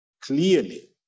clearly